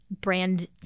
brand